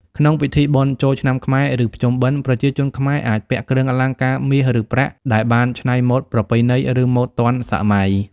ក្នុងពិធីបុណ្យចូលឆ្នាំខ្មែរឬភ្ជុំបិណ្ឌ ប្រជាជនខ្មែរអាចពាក់គ្រឿងអលង្ការមាស ឬ ប្រាក់ដែលបាន ច្នៃម៉ូដប្រពៃណី ឬ ម៉ូដទាន់សម័យ។